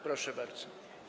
Proszę bardzo.